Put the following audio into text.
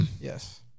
Yes